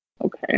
Okay